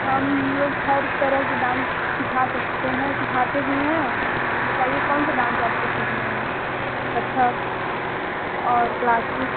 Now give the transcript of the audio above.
हम लोग हर तरह की डांस सीखा सकते हैं सीखाते भी हैं बताइए कौन सा डांस आपको सीखना है कथक और क्लासिक